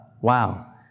wow